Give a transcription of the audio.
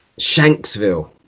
Shanksville